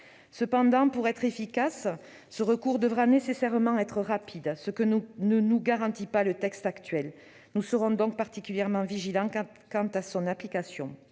paritaire. Pour être efficace, ce recours devra nécessairement être rapide, ce que ne garantit pas le texte. Nous serons donc particulièrement vigilants quant à son application.